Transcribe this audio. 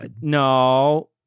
No